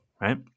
right